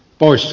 pois